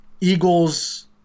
Eagles